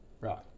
Right